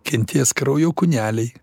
kentės kraujo kūneliai